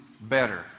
better